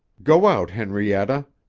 go out, henrietta.